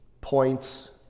points